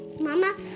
Mama